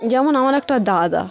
যেমন আমার একটা দাদা